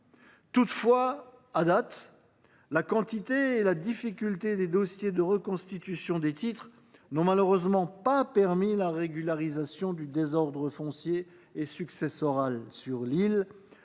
Toutefois, à date, la quantité et la difficulté des dossiers de reconstitution des titres n’ont malheureusement pas permis la régularisation du désordre foncier et successoral sur l’île.